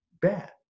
bad